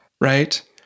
Right